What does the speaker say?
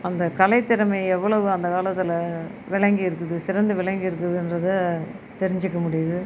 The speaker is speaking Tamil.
அந்த கலை திறமை எவ்வளவு அந்த காலத்தில் விளங்கி இருக்குது சிறந்து விளங்கி இருக்குதுங்றத தெரிஞ்சுக்க முடியுது